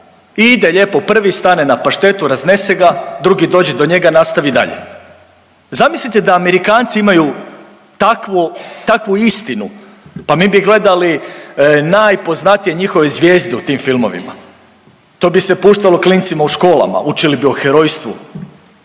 ide lijepo prvi stane na paštetu raznese ga, drugo dođe do njega nastavi dalje. Zamislite da Amerikanci imaju takvu, takvu istinu pa mi bi gledali najpoznatije njihove zvijezde u tim filmovima. To bi se puštalo klincima u školama, učili bi o herojstvu.